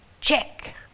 Check